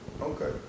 Okay